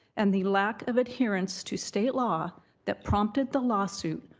and the lack of adherence to state law that prompted the lawsuit,